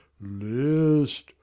list